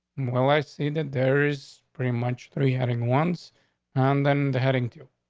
well, i see that there is pretty much three having one's on, then heading to.